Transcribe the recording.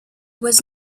was